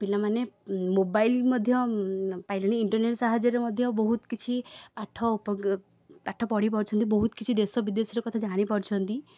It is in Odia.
ପିଲାମାନେ ମୋବାଇଲ୍ ମଧ୍ୟ ପାଇଲେଣି ଇଣ୍ଟରନେଟ୍ ସାହାଯ୍ୟରେ ମଧ୍ୟ ବହୁତ କିଛି ପାଠ ପାଠପଢ଼ି ପାରୁଛନ୍ତି ବହୁତ କିଛି ଦେଶବିଦେଶର କଥା ଜାଣିପାରୁଛନ୍ତି